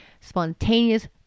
spontaneous